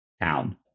town